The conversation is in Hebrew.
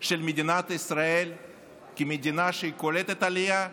של מדינת ישראל כמדינה שקולטת עלייה,